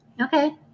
Okay